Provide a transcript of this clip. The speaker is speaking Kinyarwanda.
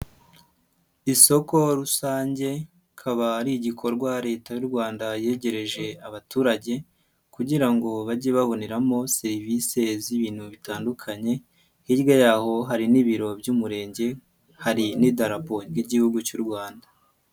Isoko rusange rikaba ari igikorwa leta y'u Rwanda yegereje abaturage kugira ngo bajye baboneramo serivisi z'ibintu bitandukanye, hirya yaho hari n'ibiro by'umurenge, hari n'idarapo ry'igihugu cy' u Rwanda.